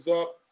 up